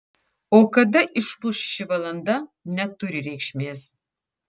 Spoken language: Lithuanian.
o kada išmuš ši valanda neturi reikšmės